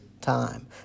time